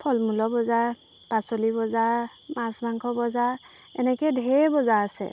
ফল মূলৰ বজাৰ পাচলি বজাৰ মাছ মাংস বজাৰ এনেকৈ ধেৰ বজাৰ আছে